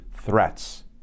threats